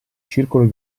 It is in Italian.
circolo